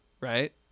right